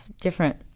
different